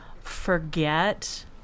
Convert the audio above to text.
forget